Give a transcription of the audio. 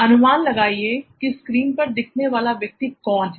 अनुमान लगाइए की स्क्रीन पर दिखने वाला व्यक्ति कौन है